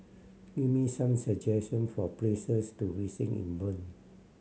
give me some suggestion for places to visit in Bern